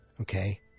Okay